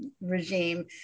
regime